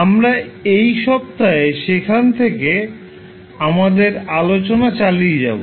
আমরা এই সপ্তাহে সেখান থেকে আমাদের আলোচনা চালিয়ে যাব